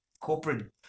Corporate